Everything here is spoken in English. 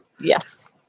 Yes